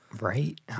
right